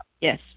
yes